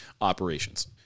operations